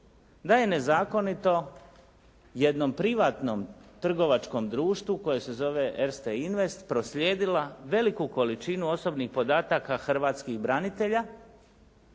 da je nezakonito jednom privatnom trgovačkom društvu koje se zove Erste invest proslijedila veliku količinu osobnih podataka hrvatskih branitelja,